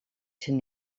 zijn